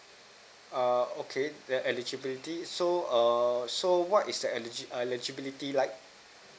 err okay the eligibility so err so what is the eligi~ eligibility like